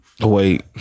Wait